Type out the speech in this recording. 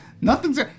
nothing's